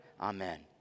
Amen